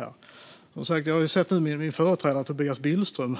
Jag har som sagt sett min företrädare Tobias Billström